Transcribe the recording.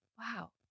wow